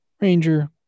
Ranger